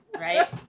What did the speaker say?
Right